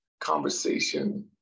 conversation